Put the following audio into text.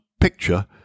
picture